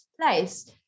place